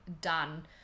done